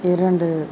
இரண்டு